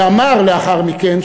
ואמר לאחר מכן,